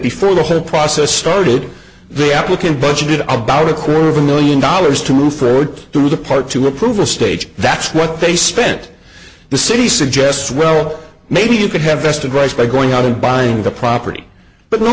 before the whole process started the applicant budgeted about a quarter of a million dollars to fraud to the part to approval stage that's what they spent the city suggests well maybe you could have vested rights by going out and buying the property but no